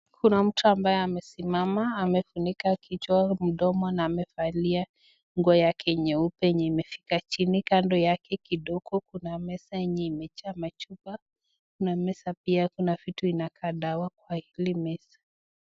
Kuna mtu ambaye amesimama amefunika kichwa, mdomo na amevalia nguo yake nyeupe enye imefika chini , kando yake kidogo kuna meza enye imejaa machupa, kuna meza pia kuna kitu inakaa dawa kwa hili meza.